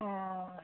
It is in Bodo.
औ